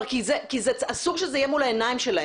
כי אסור שזה יהיה מול העיניים שלהם.